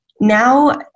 Now